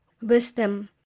Wisdom